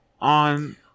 on